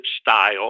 style